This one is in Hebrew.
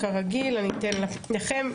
אני אתן לכם.